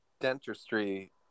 dentistry